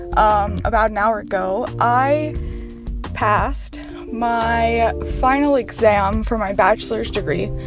um about an hour ago, i passed my final exam for my bachelor's degree,